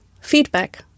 feedback